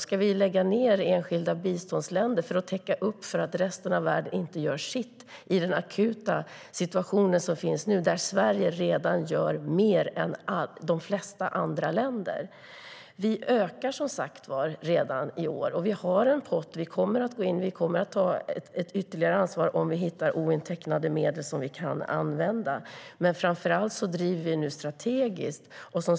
Ska vi lägga ned biståndet till enskilda länder för att täcka upp för att resten av världen inte gör sitt i den akuta situation som finns nu, där Sverige redan gör mer än de flesta andra länder? Vi ökar som sagt stödet redan i år. Vi har en pott, och vi kommer att gå in och ta ytterligare ansvar om vi hittar ointecknade medel som vi kan använda. Men framför allt driver vi nu frågan strategiskt.